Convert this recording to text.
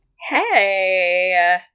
hey